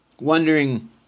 wondering